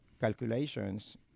calculations